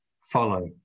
follow